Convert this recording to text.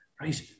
right